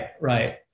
right